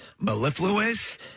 mellifluous